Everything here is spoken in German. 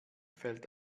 fällt